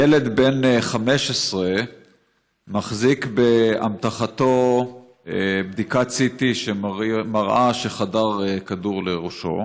ילד בן 15 מחזיק באמתחתו בדיקת CT שמראה שחדר כדור לראשו.